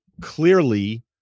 clearly